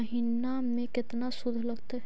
महिना में केतना शुद्ध लगतै?